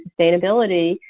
sustainability